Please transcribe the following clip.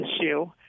issue